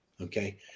Okay